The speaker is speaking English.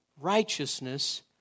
righteousness